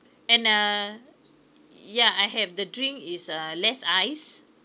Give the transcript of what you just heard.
and uh yeah I have the drink is uh less ice